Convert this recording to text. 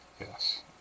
Yes